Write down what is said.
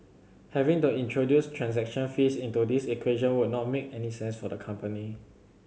having to introduce transaction fees into this equation would not make sense for the company